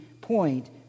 point